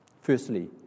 Firstly